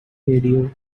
radio